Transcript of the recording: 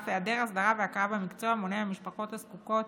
היעדר הסדרה והכרה במקצוע מונע ממשפחות הזקוקות